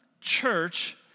Church